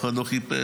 אף אחד לא חיפש.